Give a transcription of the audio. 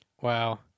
Wow